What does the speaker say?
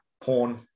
porn